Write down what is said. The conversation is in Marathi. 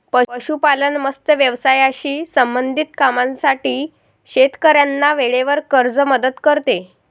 पशुपालन, मत्स्य व्यवसायाशी संबंधित कामांसाठी शेतकऱ्यांना वेळेवर कर्ज मदत करते